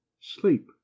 sleep